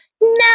no